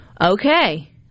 okay